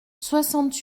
soixante